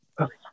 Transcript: Okay